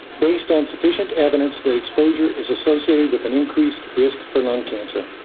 based on sufficient evidence that exposure is associated with an increased risk for lung cancer.